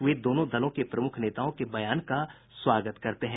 वे दोनों दलों के प्रमुख नेताओं के बयान का स्वागत करते हैं